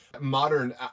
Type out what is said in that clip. modern